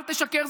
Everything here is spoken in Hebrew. אל תשקר,